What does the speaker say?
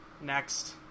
Next